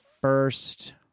first